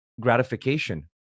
gratification